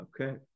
Okay